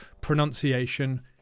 pronunciation